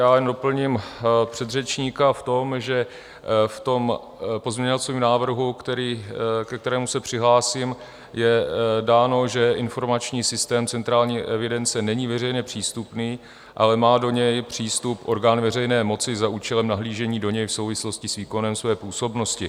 Já jen doplním předřečníka v tom, že v tom pozměňovacím návrhu, ke kterému se přihlásím, je dáno, že informační systém centrální evidence není veřejně přístupný, ale má do něj přístup orgán veřejné moci za účelem nahlížení do něj v souvislosti s výkonem své působností.